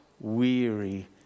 weary